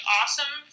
awesome